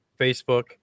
Facebook